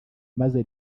maze